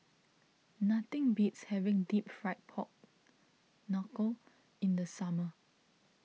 nothing beats having Deep Fried Pork Knuckle in the summer